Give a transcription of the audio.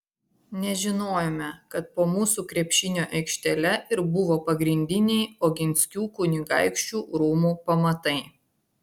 nežinojome kad po mūsų krepšinio aikštele ir buvo pagrindiniai oginskių kunigaikščių rūmų pamatai